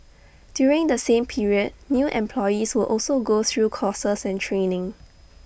during the same period new employees will also go through courses and training